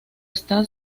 está